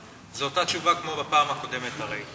זו אותה תשובה כמו בפעם הקודמת הרי,